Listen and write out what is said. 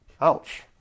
Ouch